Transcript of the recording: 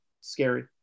Scary